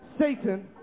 Satan